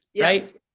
right